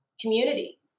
community